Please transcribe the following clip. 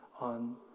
on